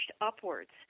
upwards